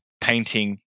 painting